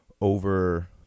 over